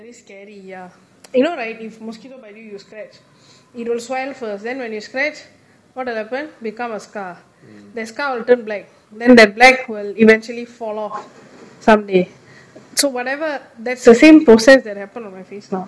is very scary ya you know right if mosquito bite you scratch you don't swell first then when you scratch what will happen become a scar that scar will turn black then the black will eventually fall off someday so whatever that's the same process that happen on my face now